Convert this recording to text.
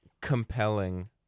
compelling